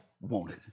wanted